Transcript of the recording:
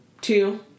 two